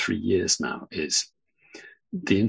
three years now is the